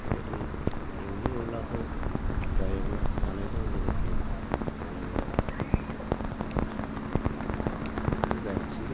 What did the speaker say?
बेबायदि एवलु एवलाखौ जायोब्ला जानायजों लोगोसे जोङो जायासैलै